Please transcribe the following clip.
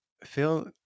Phil